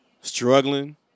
Struggling